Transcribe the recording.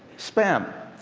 spam